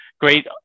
great